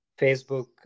facebook